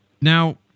Now